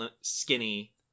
skinny